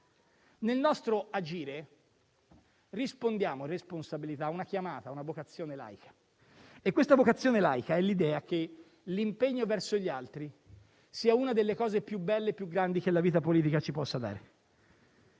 Nel nostro agire rispondiamo (responsabilità) a una chiamata, a una vocazione laica; e questa vocazione laica è l'idea che l'impegno verso gli altri sia una delle cose più belle e più grandi che la vita politica ci possa dare.